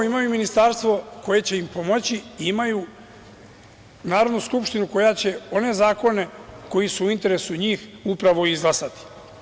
Imaju ministarstvo koje će im pomoći i imaju Narodnu skupštinu koja će one zakone koji su i interesu njih upravo i izglasati.